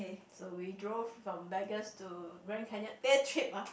so we drove from Vegas to Grand Canyon day trip ah